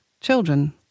children